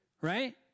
right